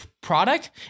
product